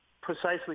Precisely